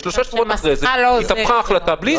אבל 3 שבועות אחרי זה התהפכה ההחלטה בלי הסבר.